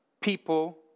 people